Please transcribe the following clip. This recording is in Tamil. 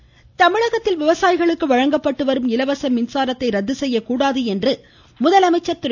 சிங் முதலமைச்சர் தமிழகத்தில் விவசாயிகளுக்கு வழங்கப்பட்டு வரும் இலவச மின்சாரத்தை ரத்து செய்யக்கூடாது என்று முதலமைச்சர் திரு